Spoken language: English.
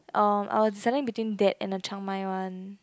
um I was deciding between that and a Chiang-Mai one